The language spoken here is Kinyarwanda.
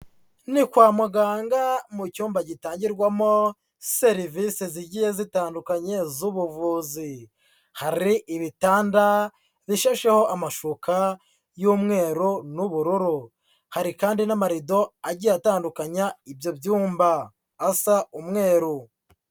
Ni kwa muganga mu cyumba gitangirwamo serivise zigiye zitandukanye z'ubuvuzi, hari ibitanda bishasheho amashuka y'umweru n'ubururu, hari kandi n'amarido agiye atandukanya ibyo byumba asa umweru.